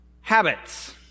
Habits